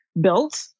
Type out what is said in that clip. built